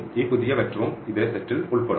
ഈ പുതിയ വെക്റ്ററും ഇതേ സെറ്റിൽ ഉൾപ്പെടും